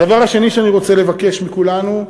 הדבר השני שאני רוצה לבקש מכולנו: